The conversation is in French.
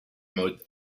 mode